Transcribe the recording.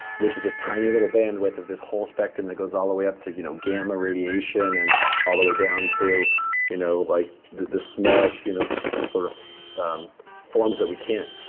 which is this tiny, little bandwidth of this whole spectrum that goes all the way up to you know gamma radiation, and all the way down to you know like the the smallest you know sort of um forms that we can't